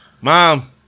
mom